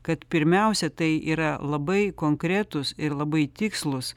kad pirmiausia tai yra labai konkretūs ir labai tikslūs